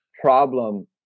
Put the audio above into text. problem